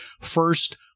first